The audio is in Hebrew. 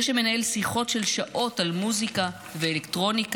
זה שמנהל שיחות של שעות על מוזיקה ואלקטרוניקה,